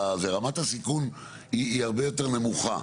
רמת הסיכון היא הרבה יותר נמוכה,